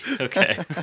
okay